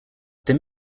there